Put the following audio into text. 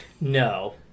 No